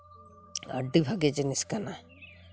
ᱟᱹᱰᱰᱤ ᱵᱷᱟᱹᱜᱮ ᱡᱤᱱᱤᱥ ᱠᱟᱱᱟ